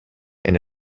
and